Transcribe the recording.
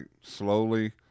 slowly